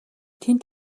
тэнд